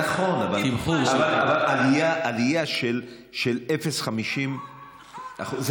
נכון, אבל עלייה של 0.50 זה